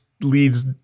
leads